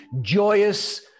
joyous